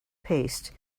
paste